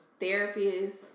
therapists